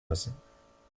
müssen